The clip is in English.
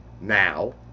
now